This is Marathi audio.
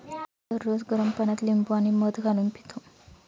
मी दररोज गरम पाण्यात लिंबू आणि मध घालून पितो